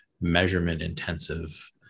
measurement-intensive